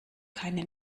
keine